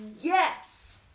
Yes